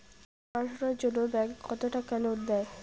পড়াশুনার জন্যে ব্যাংক কত টাকা লোন দেয়?